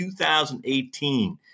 2018